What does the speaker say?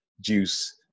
Juice